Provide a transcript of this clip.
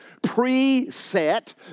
preset